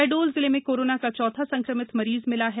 शहडोल जिले में कोरोना का चौथा संक्रमित मरीज मिला है